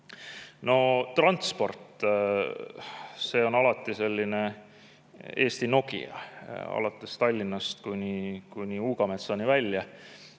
No transport – see on alati selline Eesti Nokia, alates Tallinnast kuni Uugametsani välja.